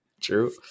True